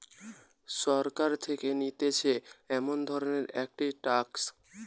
সরকার থেকে নিতেছে এমন ধরণের একটি ট্যাক্স